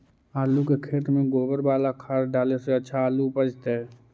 आलु के खेत में गोबर बाला खाद डाले से अच्छा आलु उपजतै?